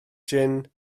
jin